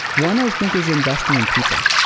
one i think is investing in people.